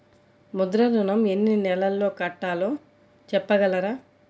ముద్ర ఋణం ఎన్ని నెలల్లో కట్టలో చెప్పగలరా?